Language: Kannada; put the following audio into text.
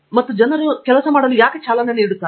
ಮತ್ತು ಜನರು ಕೆಲಸ ಮಾಡಲು ಯಾಕೆ ಚಾಲನೆ ನೀಡುತ್ತಾರೆ